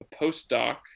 postdoc